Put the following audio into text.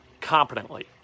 competently